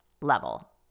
level